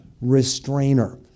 restrainer